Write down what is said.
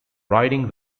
riding